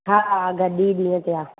हा गॾु ई ॾींहुं ते आहे